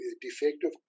defective